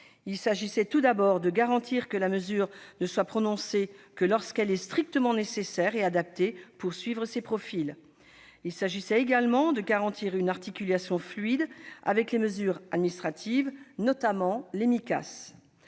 Il s'agissait non seulement de garantir que la mesure ne soit prononcée que lorsqu'elle est strictement nécessaire et adaptée pour suivre ces profils, mais aussi de veiller à une articulation fluide avec les mesures administratives, notamment les Micas.